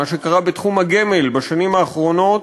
מה שקרה בתחום קופות הגמל בשנים האחרונות,